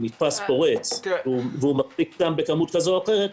אם נתפס פורץ והוא מחביא בכמות כזו או אחרת,